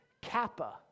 Kappa